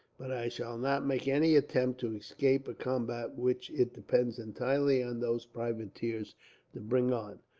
but i shall not make any attempt to escape a combat which it depends entirely on those privateers to bring on,